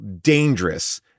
dangerous